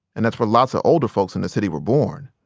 and that's where lots of older folks in the city were born.